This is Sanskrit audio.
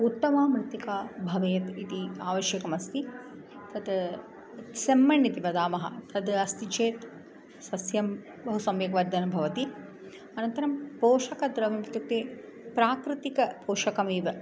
उत्तममृत्तिका भवेत् इति आवश्यकमस्ति तत् सेम्मण् इति वदामः तद् अस्ति चेत् सस्यं बहु सम्यक् वर्धनं भवति अनन्तरं पोषकद्रव्यमित्युक्ते प्राकृतिकपोषकमेव